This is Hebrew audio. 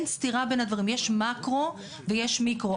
יש מאקרו ויש מיקרו.